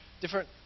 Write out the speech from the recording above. different